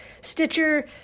Stitcher